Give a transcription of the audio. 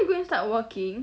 going start working